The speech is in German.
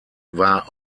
war